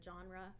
genre